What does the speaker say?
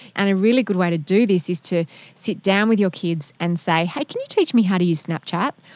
and a really good way to do this is to sit down with your kids and say, hey, can you teach me how to use snapchat,